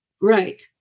Right